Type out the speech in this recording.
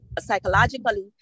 psychologically